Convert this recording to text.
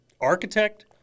architect